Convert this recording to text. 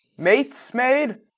mates, maid!